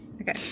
Okay